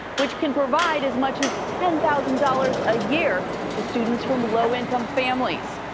which can provide as much as ten thousand dollars a year to students from low-income families.